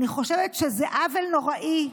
אני חושבת שזה עוול נוראי.